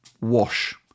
wash